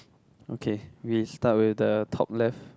okay we start with the top left